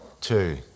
Two